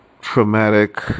traumatic